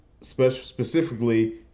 specifically